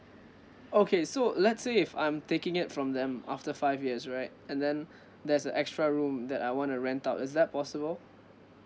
okay so let's say if I'm taking it from them after five years right and then there's an extra room that I wanna rent out is that possible